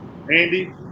Andy